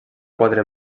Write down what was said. quatre